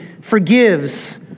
forgives